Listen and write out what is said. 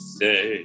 say